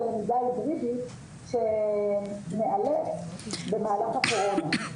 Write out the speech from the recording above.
על למידה היברידית שניאלץ במהלך הקורונה.